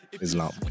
Islam